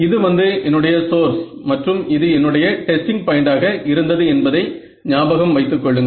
இது வந்து என்னுடைய சோர்ஸ் மற்றும் இது என்னுடைய டெஸ்டிங் பாயிண்ட்டாக இருந்தது என்பதை ஞாபகம் வைத்து கொள்ளுங்கள்